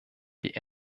die